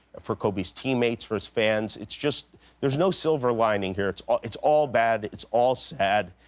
for kobe's teammates, for his fans. it's just there's no silver lining here. it's all it's all bad. it's all sad.